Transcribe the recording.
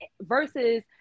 versus